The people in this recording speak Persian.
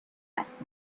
است